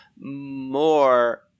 more